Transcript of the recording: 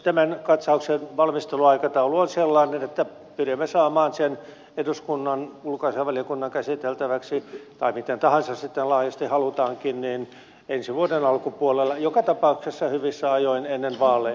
tämän katsauksen valmisteluaikataulu on sellainen että pyrimme saamaan sen eduskunnan ulkoasiainvaliokunnan käsiteltäväksi tai miten tahansa laajasti sitten halutaankin ensi vuoden alkupuolella joka tapauksessa hyvissä ajoin ennen vaaleja